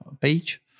page